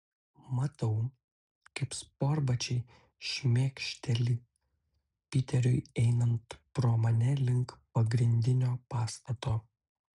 matau kaip sportbačiai šmėkšteli piteriui einant pro mane link pagrindinio pastato